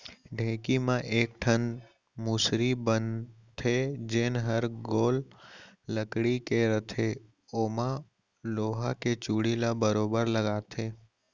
ढेंकी म एक ठन मुसरी बन थे जेन हर गोल लकड़ी के रथे ओमा लोहा के चूड़ी ल बरोबर लगाथे